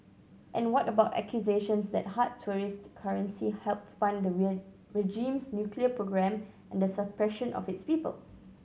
and what about accusations that hard tourist currency help fund the regime's nuclear program and the suppression of its people